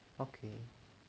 okay